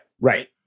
Right